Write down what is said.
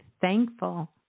thankful